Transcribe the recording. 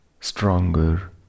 stronger